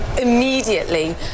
immediately